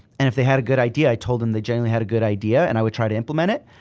and if they had a good idea, i told them they generally had a good idea and i would try to implement it,